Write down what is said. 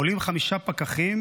עולים חמישה פקחים